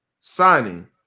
signing